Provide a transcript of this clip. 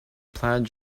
plaid